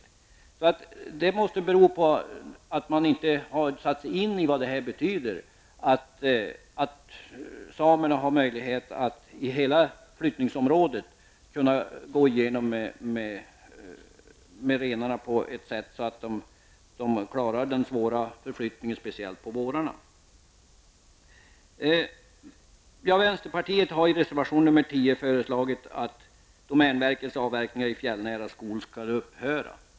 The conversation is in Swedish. Det förslaget måste bero på att man inte har satt sig in i vad det betyder att samerna har möjlighet att i hela flyttningsområdet gå igenom med renarna på ett sådant sätt att de klarar den svåra förflyttningen speciellt på vårarna. Vänsterpartiet har i reservation 10 föreslagit att domänverkets avverkningar i fjällnära skog skall upphöra.